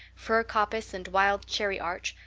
fir coppice and wild cherry arch,